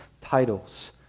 titles